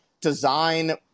design